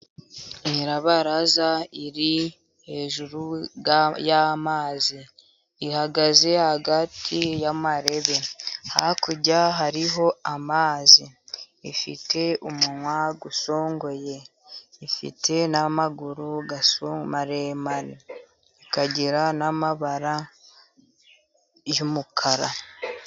Nyirabaraza iri hejuru y'amazi, ihagaze hagati y'amarebe, hakurya hariho amazi, ifite umunwa usongoye, ifite n'amaguru aso maremare, ikagira n'amabara y'umukara.